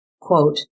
Quote